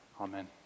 Amen